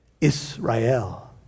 Israel